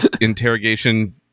interrogation